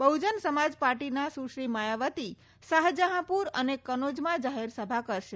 બહુજન સમાજ પાર્ટીના સુશ્રી માયાવતી શાહજહાંપુર અને કન્નોજમાં જાહેરસભા કરશે